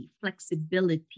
flexibility